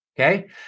Okay